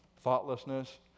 thoughtlessness